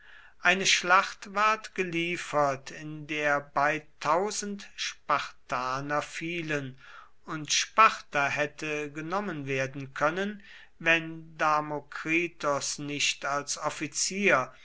eine schlacht ward geliefert in der bei spartaner fielen und sparta hätte genommen werden können wenn damokritos nicht als offizier